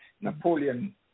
Napoleon